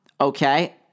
Okay